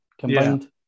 combined